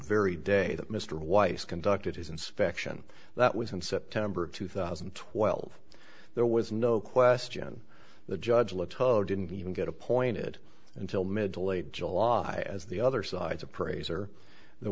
very day that mr weiss conducted his inspection that was in september of two thousand and twelve there was no question the judge alito didn't even get appointed until mid to late july as the other side's appraiser there